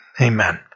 Amen